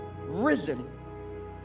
risen